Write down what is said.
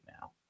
now